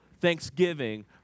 thanksgiving